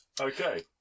Okay